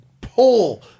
pull